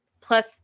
Plus